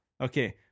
Okay